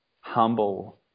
humble